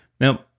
Now